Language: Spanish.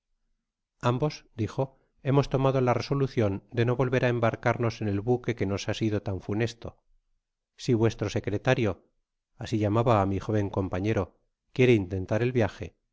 ambos dijo hemos tomado la resolucion de no volver á embarcarnos en el buque que nos ha sido tan funesto si vuestro secretario asi llamaba á mi joven compañero quiere intentar el viaje yo